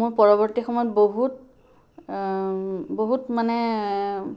মোৰ পৰৱৰ্তী সময়ত বহুত বহুত মানে